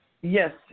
Yes